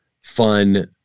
fun